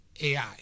AI